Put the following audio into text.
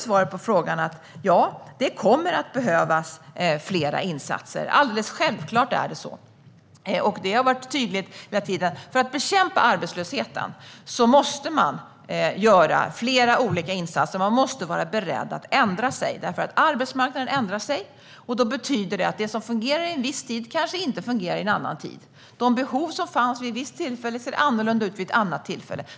Svaret på frågan är: Ja, det kommer att behövas fler insatser. Alldeles självklart är det så; det har varit tydligt hela tiden. För att bekämpa arbetslösheten måste man göra flera olika insatser. Man måste vara beredd att ändra sig därför att arbetsmarknaden ändrar sig. Det betyder att det som fungerade under en viss tid kanske inte fungerar i en annan. De behov som fanns vid ett visst tillfälle ser annorlunda vid ett annat.